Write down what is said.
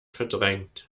verdrängt